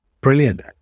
Brilliant